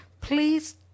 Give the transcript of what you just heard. Please